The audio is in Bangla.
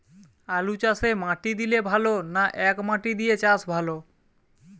আলুচাষে মাটি দিলে ভালো না একমাটি দিয়ে চাষ ভালো?